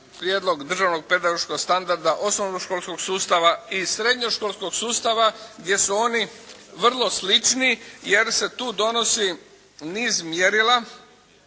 prijedlog državnog pedagoškog standarda osnovnoškolskog sustava i srednjoškolskog sustava gdje su oni vrlo slični jer se tu donosi niz mjerila